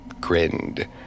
Grinned